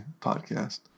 podcast